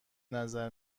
نظر